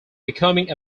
becoming